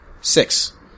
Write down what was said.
Six